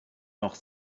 noch